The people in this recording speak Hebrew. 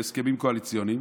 בהסכמים קואליציוניים,